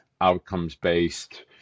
outcomes-based